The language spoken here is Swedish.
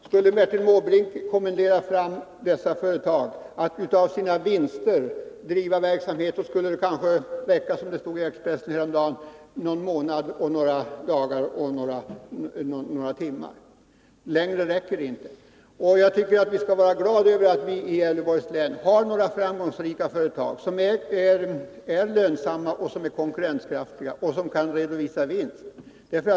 Skulle Bertil Måbrink kommendera dessa företag att av sina vinster driva verksamhet, skulle det kanske — som det häromdagen stod i Expressen — räcka någon månad, några dagar och några timmar. Längre räcker det inte. Jag tycker att vi skall vara glada över att vi i Gävleborgs län har några framgångsrika företag, som är lönsamma, konkurrenskraftiga och som kan redovisa vinst.